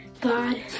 God